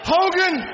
Hogan